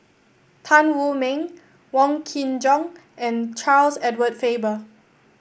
Tan Wu Meng Wong Kin Jong and Charles Edward Faber